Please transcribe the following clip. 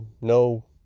no